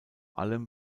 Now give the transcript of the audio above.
allem